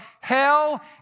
Hell